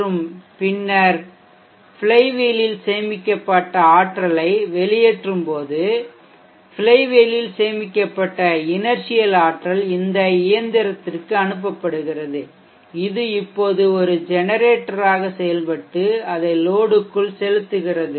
மற்றும் பின்னர் ஃப்ளைவீலில் சேமிக்கப்பட்ட ஆற்றலை வெளியேற்றும் போது ஃப்ளைவீலில் சேமிக்கப்பட்ட இனெர்சியல் ஆற்றல் இந்த இயந்திரத்திற்கு அனுப்பப்படுகிறது இது இப்போது ஒரு ஜெனரேட்டராக செயல்பட்டு அதை லோடுக்குள் செலுத்துகிறது